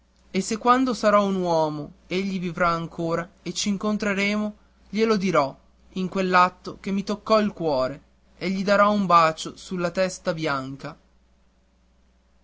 e se quando sarò un uomo egli vivrà ancora e c'incontreremo glielo dirò di quell'atto che mi toccò il cuore e gli darò un bacio sulla testa